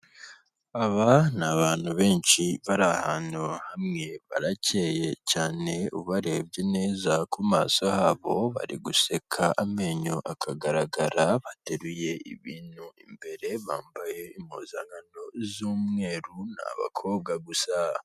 Aba ni abantu benshi bari ahantu hamwe, barakeye cyane ubarebye neza ku maso habo bari guseka amenyo akagaragara, bateruye ibintu imbere bambaye impuzankano z'umweru ni abakobwa gusa.